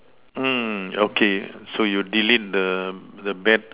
mm okay so you delete the the bad